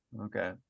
Okay